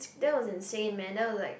that was insane man that was like